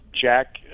Jack